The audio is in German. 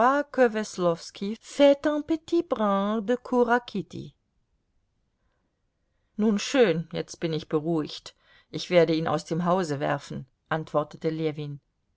nun schön jetzt bin ich beruhigt ich werde ihn aus dem hause werfen antwortete ljewin